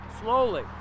slowly